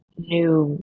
new